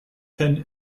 ten